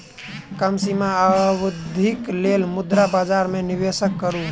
कम सीमा अवधिक लेल मुद्रा बजार में निवेश करू